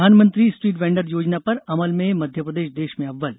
प्रधानमंत्री street vendor योजना पर अमल में मध्यप्रदेश देश में अव्वल